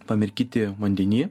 pamirkyti vandeny